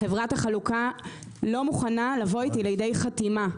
חברת החלוקה לא מוכנה לבוא איתי לידי חתימה.